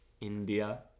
India